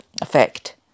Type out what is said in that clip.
effect